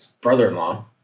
brother-in-law